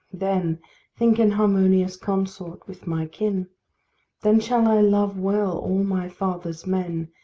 then think in harmonious consort with my kin then shall i love well all my father's men,